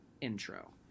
intro